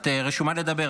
את רשומה לדבר.